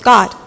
God